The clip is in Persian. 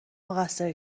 مقصر